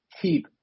keep